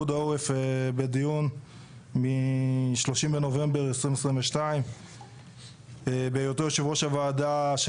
בדיון מ-30 בנובמבר 2022 בהיותו יושב ראש הוועדה של